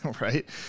right